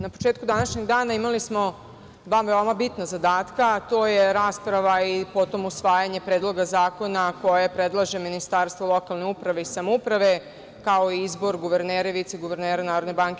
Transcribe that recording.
Na početku današnjeg dana imali smo dva veoma bitna zadatka, a to je rasprava i potom usvajanje predloga zakona koje predlaže Ministarstvo lokalne uprave i samouprave, kao i izbor guvernera i viceguvernera NBS.